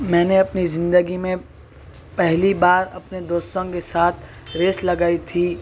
میں نے اپنی زندگی میں پہلی بار اپنے دوستوں کے ساتھ ریس لگائی تھی